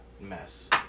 mess